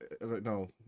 no